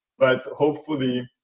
but hopefully,